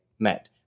Met